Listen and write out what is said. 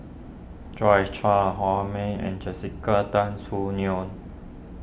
Joyce Char Ho May and Jessica Tan Soon Neo